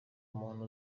muntu